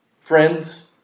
friends